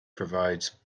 provides